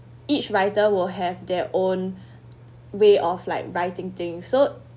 each writer will have their own way of like writing thing so